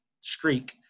streak